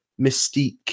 Mystique